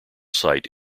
site